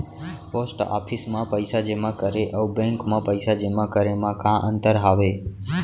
post office मा पइसा जेमा करे अऊ बैंक मा पइसा जेमा करे मा का अंतर हावे